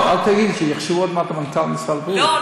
לא,